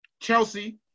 Chelsea